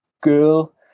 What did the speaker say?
girl